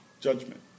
judgment